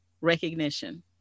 recognition